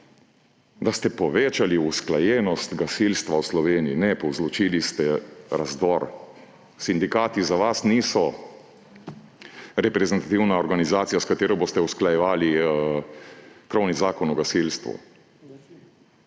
Da ste povečali usklajenost gasilstva v Sloveniji – ne, povzročili ste razdor. Sindikati za vas niso reprezentativna organizacija, s katero boste usklajevali krovni zakon o gasilstvu.